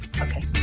Okay